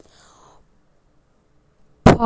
ಪಾರಿಜಾತ ಹೂವುಗಳ ಹೈಬ್ರಿಡ್ ಥಳಿ ಐತೇನು?